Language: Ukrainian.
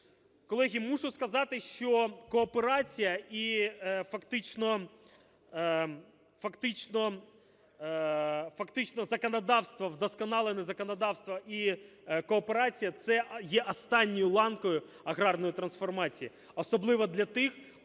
Колеги, мушу сказати, що кооперація і фактично законодавство, вдосконалене законодавство і кооперація – це є останньою ланкою аграрної трансформації, особливо для тих,